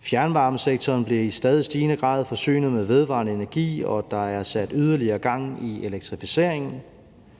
Fjernvarmesektoren bliver i stadig stigende grad forsynet med vedvarende energi, og der er sat yderligere gang i elektrificeringen.